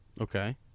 Okay